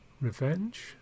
Revenge